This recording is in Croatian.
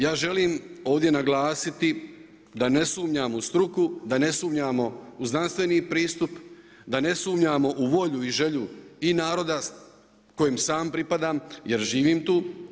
Ja želim ovdje naglasiti da ne sumnjam u struku, da ne sumnjamo u znanstveni pristup, da ne sumnjamo u volju i želju i naroda kojem sam pripadam jer živim tu.